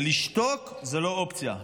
ולשתוק זו לא אופציה.